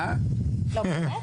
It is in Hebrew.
באמת?